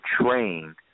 trained